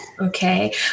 okay